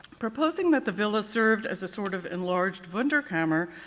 proposing that the villa served as a sort of enlarged wunderkammer,